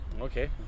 Okay